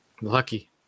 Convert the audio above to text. lucky